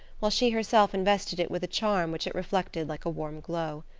while she herself invested it with a charm which it reflected like a warm glow.